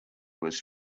was